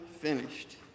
finished